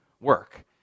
work